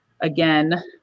again